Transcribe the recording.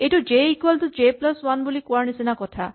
এইটো J equal to J plus one বুলি কোৱাৰ নিচিনা কথা